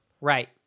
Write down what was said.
right